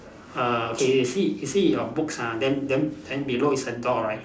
uh okay you see you see your books ah then then then below is a door right